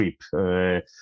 trip